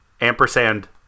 ampersand